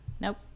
nope